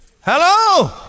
Hello